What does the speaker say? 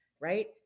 right